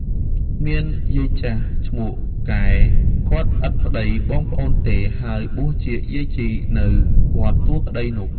មានយាយចាស់ឈ្មោះកែ គាត់ឥតប្ដី-បងប្អូនទេ ហើយបួសជាយាយជី នៅវត្តទួលក្ដីនោះ ។